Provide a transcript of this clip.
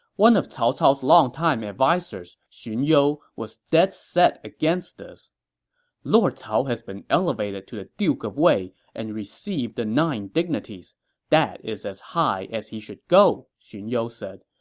one of cao cao's longtime advisers, xun you, was dead set against this lord cao has been elevated to the duke of wei and received the nine dignities that is as high as he should go, xun you said.